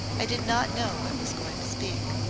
i did not know i was going to speak.